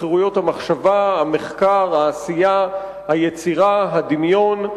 בחירויות המחשבה, המחקר, העשייה, היצירה, הדמיון.